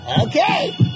Okay